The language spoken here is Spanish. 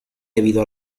debido